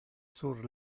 sur